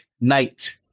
night